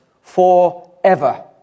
forever